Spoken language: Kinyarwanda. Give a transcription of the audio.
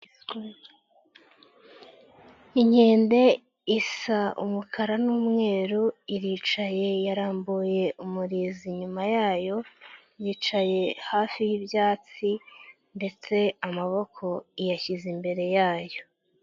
Inkende isa umukara n'umweru iricaye yarambuye umurizo inyuma yayo yicaye hafi y'ibyatsi ndetse amaboko iyashyize imbere yayo.